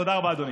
תודה רבה אדוני.